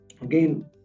again